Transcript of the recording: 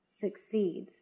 succeed